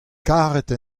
karet